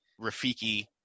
Rafiki